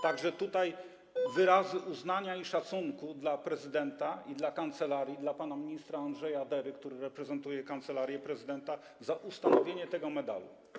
Tak że tutaj wyrazy uznania i szacunku dla prezydenta i dla kancelarii, dla pana ministra Andrzeja Dery, który reprezentuje Kancelarię Prezydenta, za ustanowienie tego medalu.